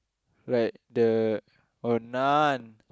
right the oh nun